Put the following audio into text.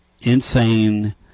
insane